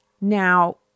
Now